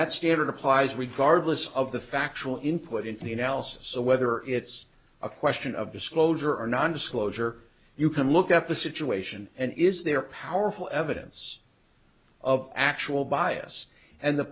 that standard applies regardless of the factual input into the analysis so whether it's a question of disclosure or nondisclosure you can look at the situation and is there powerful evidence of actual bias and the